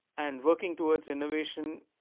and working towards innovation